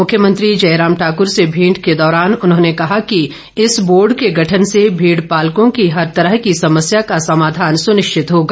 मुख्यमंत्री जयराम ठाकुर से भेंट के दौरान उन्होंने कहा कि इस बोर्ड के गठन से भेड़ पालकों की हर तरह की समस्या का समाधान सुनिश्चित होगा